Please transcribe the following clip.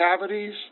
cavities